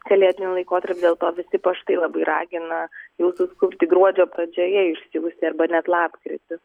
kalėdiniu laikotarpiu dėl to visi paštai labai ragina jau suskubti gruodžio pradžioje išsiųsti arba net lapkritį